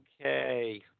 Okay